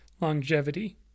longevity